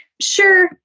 Sure